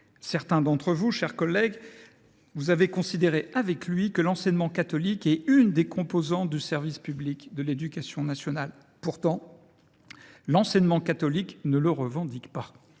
Certains d’entre vous, mes chers collègues, ont considéré avec lui que l’enseignement catholique était l’une des composantes du service public de l’éducation nationale. Pourtant, l’enseignement catholique ne le revendique pas.